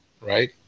right